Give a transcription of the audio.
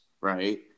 right